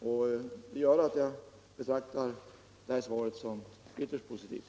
Det gör att jag betraktar svaret som ytterst positivt.